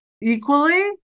equally